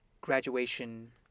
graduation